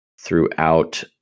throughout